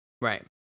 Right